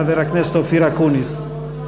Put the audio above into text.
חבר הכנסת אופיר אקוניס.